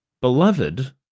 beloved